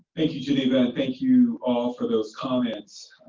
thank you geneva and thank you all for those comments.